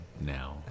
now